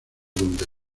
donde